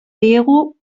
diegu